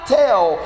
tell